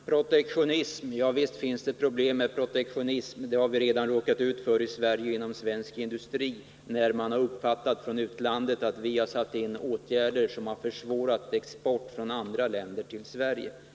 Fru talman! Ja, visst finns det problem med protektionism. Det har vi redan råkat ut för inom svensk industri, när man utomlands har uppfattat att vi har satt in åtgärder som har försvårat export från andra länder till Nr 131 Sverige.